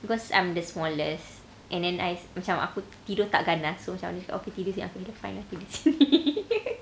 because I'm the smallest and then I macam aku tidur tak ganas so macam dia cakap okay fine aku tidur sini